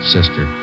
Sister